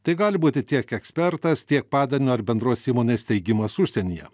tai gali būti tiek ekspertas tiek padalinio ar bendros įmonės steigimas užsienyje